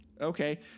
Okay